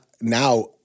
now